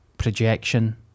projection